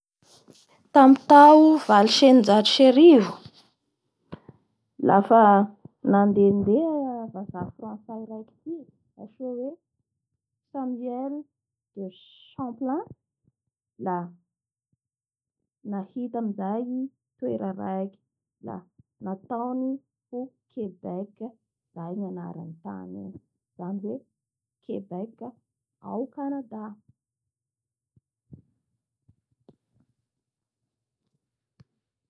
Soa ny miay a canada satria firenena farany izay madio manerantany da i koa zany tena manome fomba fampianara soa indrindra hoan'ny mpianatsy da karama tsar hoan'ny mpiasa avao koa.